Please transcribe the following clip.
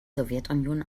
sowjetunion